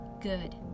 good